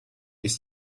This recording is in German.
ist